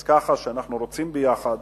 אז אנחנו רוצים ביחד